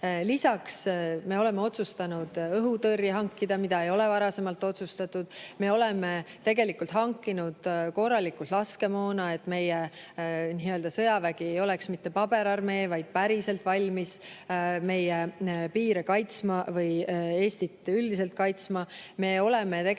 eest? Me oleme otsustanud õhutõrje hankida, mida ei ole varasemalt otsustatud, me oleme hankinud korralikult laskemoona, et meie sõjavägi ei oleks mitte paberarmee, vaid päriselt valmis meie piire kaitsma, Eestit üldiselt kaitsma.